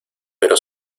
pero